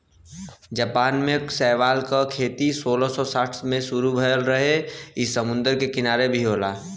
Japan में शैवाल के खेती सोलह सौ साठ से शुरू भयल रहे इ समुंदर के किनारे भी होला